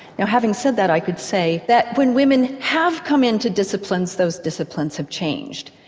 now having said that i could say that when women have come in to disciplines those disciplines have changed.